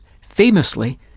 Famously